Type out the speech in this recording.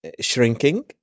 shrinking